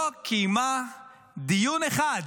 לא קיימה דיון אחד